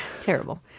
Terrible